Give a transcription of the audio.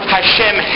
Hashem